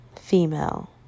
female